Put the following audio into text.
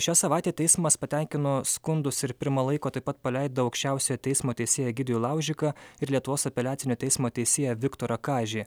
šią savaitę teismas patenkino skundus ir pirma laiko taip pat paleido aukščiausiojo teismo teisėją egidijų laužiką ir lietuvos apeliacinio teismo teisėją viktorą kažį